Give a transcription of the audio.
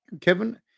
Kevin